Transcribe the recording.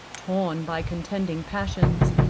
torn by contending passions,